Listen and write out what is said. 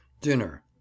Dinner